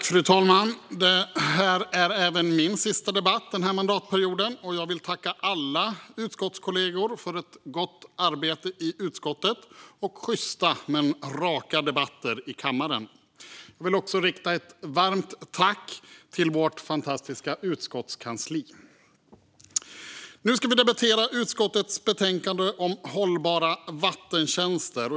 Fru talman! Detta är även min sista debatt den här mandatperioden. Jag vill tacka alla utskottskollegor för ett gott arbete i utskottet och sjysta men raka debatter i kammaren. Jag vill också rikta ett varmt tack till vårt fantastiska utskottskansli. Nu debatterar vi utskottets betänkande om hållbara vattentjänster.